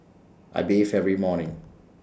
I bathe every morning